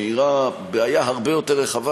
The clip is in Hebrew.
מאירה בעיה הרבה יותר רחבה,